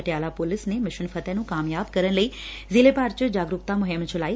Patiala police ਨੇ mission Fateh ਨੂੰ ਕਾਮਯਾਬ ਕਰਨ ਲਈ ਜ਼ਿਲ੍ਹੇ ਭਰ ਚ ਜਾਗਰੁਕਤਾ ਮੁਹਿੰਮ ਚਲਾਈ